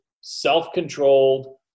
self-controlled